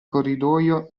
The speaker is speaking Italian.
corridoio